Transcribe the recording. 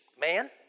man